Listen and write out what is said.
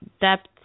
depth